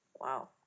wow